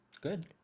Good